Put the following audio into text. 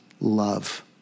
love